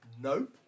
Nope